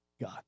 God